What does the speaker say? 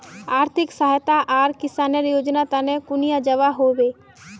आर्थिक सहायता आर किसानेर योजना तने कुनियाँ जबा होबे?